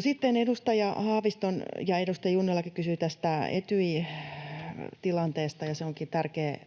sitten edustaja Haavisto ja edustaja Junnilakin kysyivät tästä Etyj-tilanteesta, ja se onkin